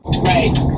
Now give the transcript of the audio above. right